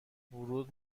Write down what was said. ورود